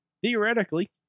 theoretically